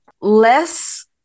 less